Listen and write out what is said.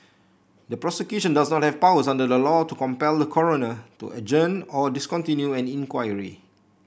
the Prosecution does not have powers under the law to compel the Coroner to adjourn or discontinue an inquiry